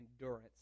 Endurance